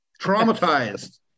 traumatized